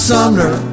Sumner